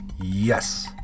Yes